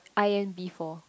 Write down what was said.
I N B four